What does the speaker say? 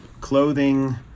clothing